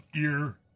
ear